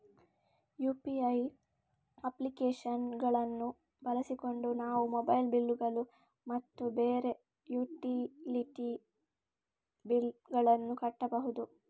UPI application ಗಳನ್ನು ಬಳಸಿಕೊಂಡು ನಾವು ಮೊಬೈಲ್ ಬಿಲ್ ಗಳು ಮತ್ತು ಬೇರೆ ಯುಟಿಲಿಟಿ ಬಿಲ್ ಗಳನ್ನು ಕಟ್ಟಬಹುದು